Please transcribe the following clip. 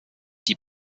die